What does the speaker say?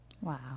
Wow